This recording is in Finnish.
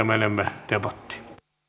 menemme debattiin